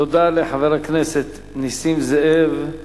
תודה לחבר הכנסת נסים זאב.